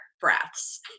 breaths